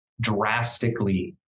drastically